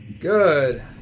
Good